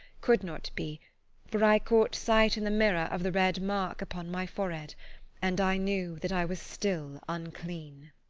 could not be for i caught sight in the mirror of the red mark upon my forehead and i knew that i was still unclean.